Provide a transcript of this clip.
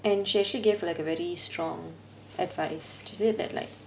and she actually gave like a very strong advice to say that like